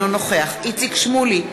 אינו נוכח איציק שמולי,